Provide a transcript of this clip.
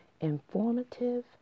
informative